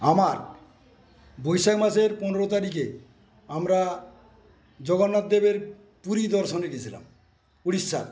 আমার বৈশাখ মাসের পনেরো তারিখে আমরা জগন্নাথ দেবের পুরী দর্শনে গিয়েছিলাম উড়িষ্যার